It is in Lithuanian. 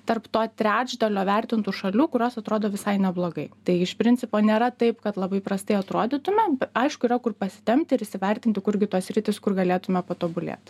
tarp to trečdalio vertintų šalių kurios atrodo visai neblogai tai iš principo nėra taip kad labai prastai atrodytumėm be aišku yra kur pasitempti ir įsivertinti kurgi tos sritys kur galėtume patobulėt